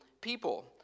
people